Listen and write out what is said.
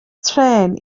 trên